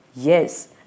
Yes